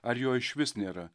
ar jo išvis nėra